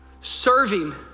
Serving